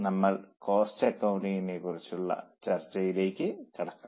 നമ്മൾക്ക് കോസ്റ്റ് അക്കൌണ്ടിങ്ങിനെ കുറിച്ചുള്ള ചർച്ചയിലേക്ക് കടക്കാം